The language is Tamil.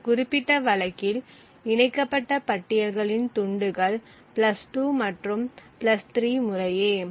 இந்த குறிப்பிட்ட வழக்கில் இணைக்கப்பட்ட பட்டியல்களின் துண்டுகள் பிளஸ் 2 மற்றும் பிளஸ் 3 முறையே